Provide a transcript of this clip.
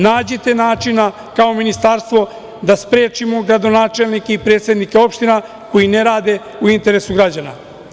Nađite načina kao ministarstvo da sprečimo gradonačelnike i predsednike opština koji ne rade u interesu građana.